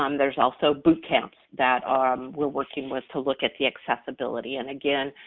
um there's also boot camps that um we're working with to look at the accessibility, and again,